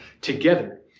together